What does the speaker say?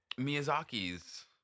Miyazaki's